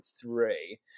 three